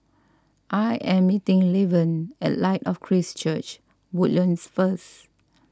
I am meeting Laverne at Light of Christ Church Woodlands first